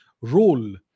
role